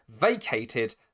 vacated